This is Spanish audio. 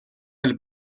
del